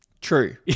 True